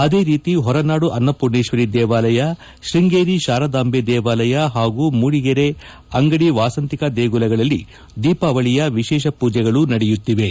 ಅದೇ ರೀತೆ ಹೊರನಾಡು ಅನ್ನಪೂರ್ಣೇಕ್ವರಿ ದೇವಾಲಯ ಶೃಂಗೇರಿ ಶಾರದಾಂಬೆ ದೇವಾಲಯ ಹಾಗು ಮೂಡಿಗೆರೆ ಅಂಗಡಿ ವಾಸಂತಿಕ ದೇಗುಲಗಳಲ್ಲಿ ದೀಪಾವಳಿಯ ವಿಶೇಷ ಪೂಜೆಗಳು ನಡೆಯುತ್ತಿವೆ